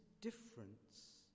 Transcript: difference